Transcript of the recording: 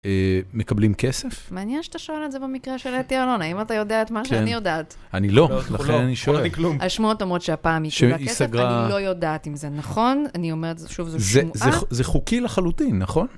מקבלים כסף? מעניין שאתה שואל את זה במקרה של אתי אלון, אם אתה יודע את מה שאני יודעת. אני לא, לכן אני שואל. השמועות אומרות שהפעם היא קיבלה כסף, אני לא יודעת אם זה נכון, אני אומרת שוב, זו שמועה. זה חוקי לחלוטין, נכון?